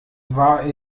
war